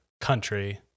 country